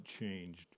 changed